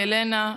ילנה,